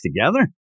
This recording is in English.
together